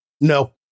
No